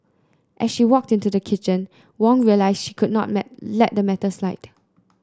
as she walked into the kitchen Wong realised she could not let the matter slide